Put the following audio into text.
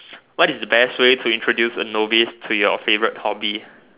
what is the best way to introduce a novice to your favorite hobby